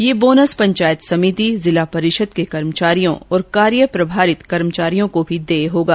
यह बोनस पंचायत समिति जिला परिषद के कर्मचारियों और कार्य प्रभारित कर्मचारियों को भी देय होगा